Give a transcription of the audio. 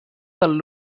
del